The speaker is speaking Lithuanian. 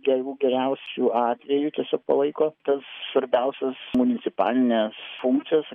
jeigu geriausiu atveju tiesiog palaiko tas svarbiausias municipalines funkcijas